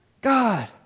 God